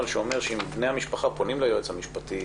שאומר שאם בני המשפחה פונים ליועץ המשפטי,